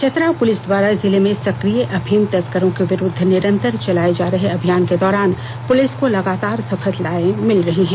चतरा पुलिस द्वारा जिले में सक्रिय अफीम तस्करों के विरुद्व निरंतर चलाए जा रहे अभियान के दौरान पुलिस को लगातार सफलताएं भी मिल रही हैं